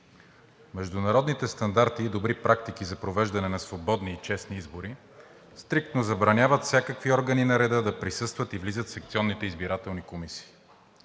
международните стандарти и добри практики за провеждане на свободни и честни избори стриктно забраняват всякакви органи на реда да присъстват и влизат в секционните избирателни комисии.